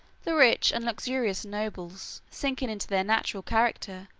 the rich and luxurious nobles, sinking into their natural character,